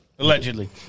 Allegedly